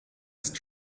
ist